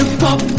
pop